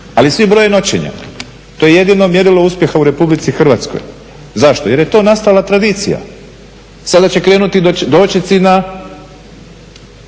ali svi broje noćenja, to je jedino mjerilo uspjeha u RH. Zašto? Jel je to nastala tradicija. Sada će krenuti … granici